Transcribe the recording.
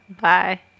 Bye